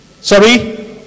Sorry